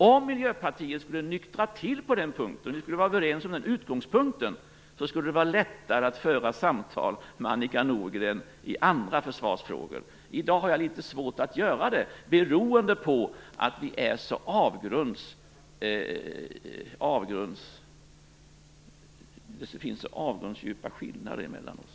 Om Miljöpartiet skulle nyktra till på den punkten så att vi kunde vara överens om denna utgångspunkt skulle det vara lättare att föra samtal med Annika Nordgren i andra försvarsfrågor. I dag har jag litet svårt att göra det, beroende på att det finns så avgrundsdjupa skillnader mellan oss.